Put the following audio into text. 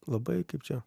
labai kaip čia